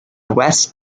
west